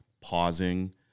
pausing